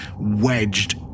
wedged